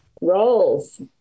roles